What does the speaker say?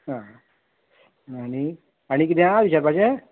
आनी आनी किदें आहा विचारपाचें